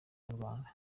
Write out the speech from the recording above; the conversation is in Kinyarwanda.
inyarwanda